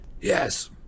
Yes